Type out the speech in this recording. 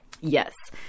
Yes